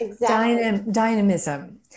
dynamism